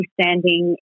standing